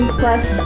plus